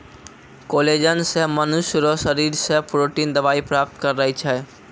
collagen से मनुष्य रो शरीर से प्रोटिन दवाई प्राप्त करै छै